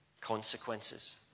consequences